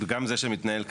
וגם זה שמתנהל היום,